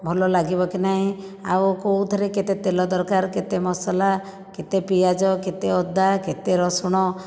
ଭଲ ଲାଗିବ କି ନାହିଁ ଆଉ କେଉଁଥିରେ କେତେ ତେଲ ଦରକାର କେତେ ମସଲା କେତେ ପିଆଜ କେତେ ଅଦା କେତେ ରସୁଣ